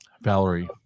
Valerie